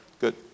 good